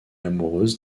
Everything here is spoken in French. amoureuse